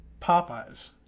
Popeyes